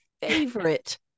favorite